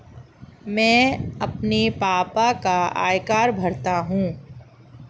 मैं अपने पापा का आयकर भरता हूं